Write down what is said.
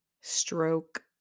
stroke